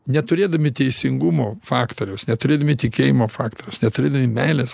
neturėdami teisingumo faktoriaus neturėdami tikėjimo faktoriaus neturėdami meilės